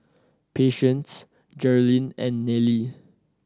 Patience Jerrilyn and Nelie